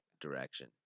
direction